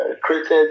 created